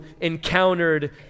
encountered